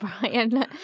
Brian